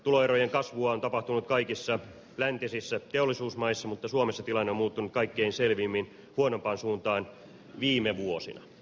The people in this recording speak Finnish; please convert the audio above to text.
tuloerojen kasvua on tapahtunut kaikissa läntisissä teollisuusmaissa mutta suomessa tilanne on muuttunut kaikkein selvimmin huonompaan suuntaan viime vuosina